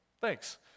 Thanks